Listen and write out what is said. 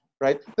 Right